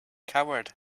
coward